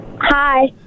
Hi